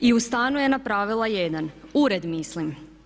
I u stanu je napravila jedan, ured mislim.